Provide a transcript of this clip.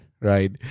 right